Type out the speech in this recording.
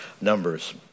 numbers